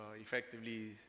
effectively